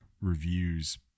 reviews